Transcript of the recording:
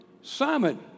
Simon